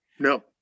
No